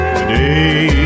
Today